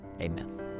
Amen